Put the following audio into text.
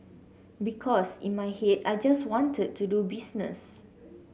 because in my head I just wanted to do business